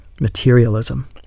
Materialism